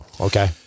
Okay